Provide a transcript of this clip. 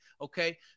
okay